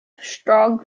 strong